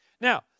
Now